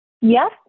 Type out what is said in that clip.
Yes